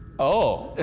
oh!